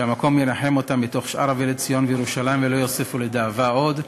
שהמקום ינחם אותן בתוך שאר אבלי ציון וירושלים ולא יוסיפו לדאבה עוד.